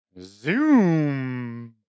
Zoom